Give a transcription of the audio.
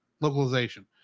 Localization